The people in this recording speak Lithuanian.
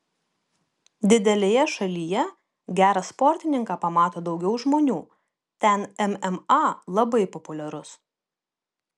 didelėje šalyje gerą sportininką pamato daugiau žmonių ten mma labai populiarus